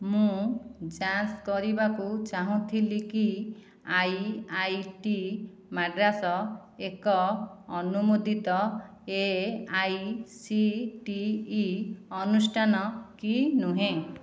ମୁଁ ଯାଞ୍ଚ କରିବାକୁ ଚାହୁଁଥିଲି କି ଆଇ ଆଇ ଟି ମାଡ୍ରାସ ଏକ ଅନୁମୋଦିତ A I C T E ଅନୁଷ୍ଠାନ କି ନୁହେଁ